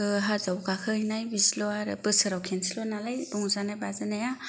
हाजोआव गाखोहैनाय बिदिल' आरो बोसोराव खनसेल' नालाय रंजानाय बाजानाया